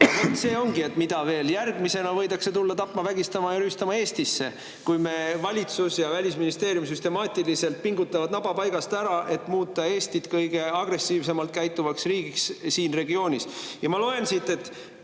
See ongi, et mida veel. Järgmisena võidakse tulla tapma, vägistama ja rüüstama Eestisse, kui me valitsus ja Välisministeerium süstemaatiliselt pingutavad naba paigast ära, et muuta Eesti kõige agressiivsemalt käituvaks riigiks siin regioonis. Ma loen siit